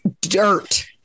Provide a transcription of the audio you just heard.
dirt